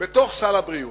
בתוך סל הבריאות.